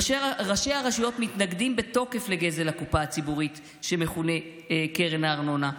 ראשי הרשויות מתנגדים בתוקף לגזל הקופה הציבורית שמכונה קרן הארנונה,